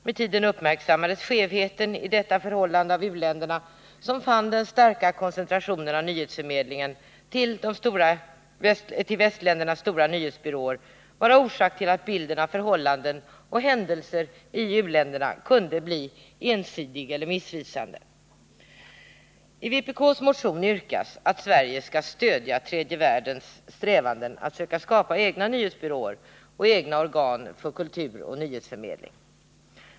Med tiden uppmärksammades skevheten i detta förhållande av u-länderna, som fann den starka koncentrationen av nyhetsförmedlingen till västländernas stora nyhetsbyråer vara orsak till att bilden av förhallanden och händelser i u-länderna kunde bli ensidig eller missvisande. I vpk:s motion yrkas att Sverige skall stödja tredje världens strävanden att söka skapa egna nyhetsbyråer och egna organ för kulturoch nyhetsförmedling.